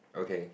okay